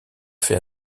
fait